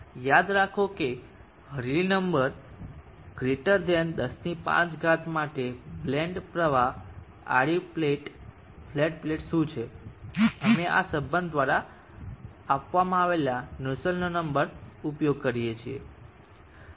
યાદ કરો કે રેલી નંબર 105 માટે બ્લેન્ડ પ્રવાહ આડી ફ્લેટ પ્લેટ શું છે અમે આ સંબંધ દ્વારા આપવામાં આવેલા નોસ્લેટનો નંબરનો ઉપયોગ કરીએ છીએ